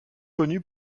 connu